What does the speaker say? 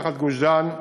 מתחת גוש-דן.